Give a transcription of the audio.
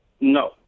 No